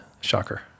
shocker